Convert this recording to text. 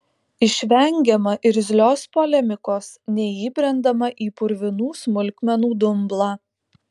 išvengiama irzlios polemikos neįbrendama į purvinų smulkmenų dumblą